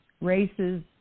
races